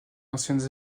anciennes